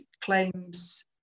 claims